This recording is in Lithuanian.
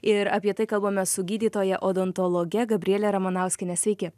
ir apie tai kalbamės su gydytoja odontologe gabriele ramanauskiene sveiki